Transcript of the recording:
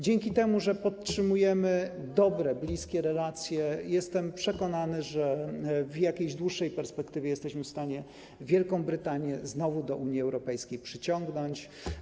Dzięki temu, że podtrzymujemy dobre, bliskie relacje, jestem przekonany, że w jakiejś dłuższej perspektywie jesteśmy w stanie Wielką Brytanię znowu do Unii Europejskiej przyciągnąć.